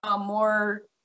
more